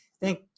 Thank